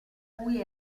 cui